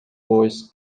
boys